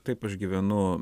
taip aš gyvenu